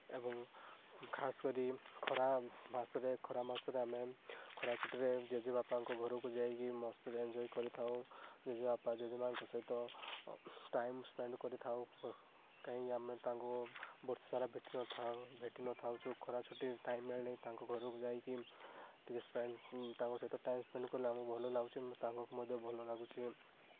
ଏବଂ ଖାସ୍ କରି ଖରା ମାସରେ ଖରା ମାସରେ ଆମେ ଖରା ଛୁଟିରେ ଜେଜେ ବାପାଙ୍କ ଘରକୁ ଯାଇକି ମସ୍ତିରେ ଏନ୍ଜଏ କରିଥାଉ ଜେଜେ ବାପା ଜେଜେ ମାଆଙ୍କ ସହିତ ଟାଇମ୍ ସ୍ପେଣ୍ଡ୍ କରିଥାଉ କାହିଁକି ଆମେ ତାଙ୍କୁ ବର୍ଷ ସାରା ଭେଟି ନଥାଉ ଭେଟି ନଥାଉଛୁ ଖରା ଛୁଟିରେ ଟାଇମ୍ ମିଳିଲେ ତାଙ୍କ ଘରକୁ ଯାଇକି ଟିକେ ସ୍ପେଣ୍ଡ୍ ତାଙ୍କ ସହିତ ଟାଇମ୍ ସ୍ପେଣ୍ଡ୍ କଲେ ଆମକୁ ଭଲ ଲାଗୁଛି ତାଙ୍କୁ ମଧ୍ୟ ଭଲ ଲାଗୁଛି